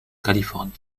californie